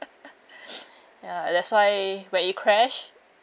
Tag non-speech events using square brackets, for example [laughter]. [laughs] [breath] ya that's why when it crash